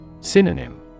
Synonym